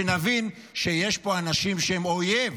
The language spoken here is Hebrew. שנבין שיש פה אנשים שהם אויב.